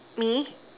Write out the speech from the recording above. me